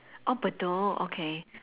oh bedok okay